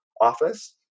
Office